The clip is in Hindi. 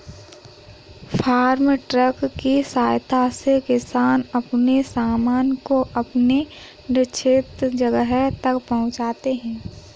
फार्म ट्रक की सहायता से किसान अपने सामान को अपने निश्चित जगह तक पहुंचाते हैं